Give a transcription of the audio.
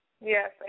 Yes